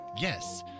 Yes